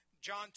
John